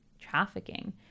trafficking